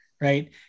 right